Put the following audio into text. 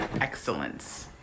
excellence